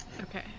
Okay